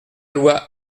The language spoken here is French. loi